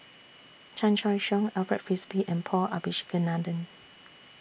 Chan Choy Siong Alfred Frisby and Paul Abisheganaden